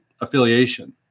affiliation